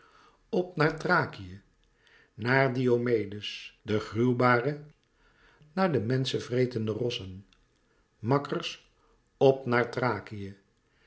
p naar thrakië naar diomédes de gruwbare naar de menschenvretende rossen makkers p naar